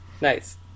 Nice